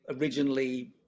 originally